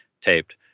taped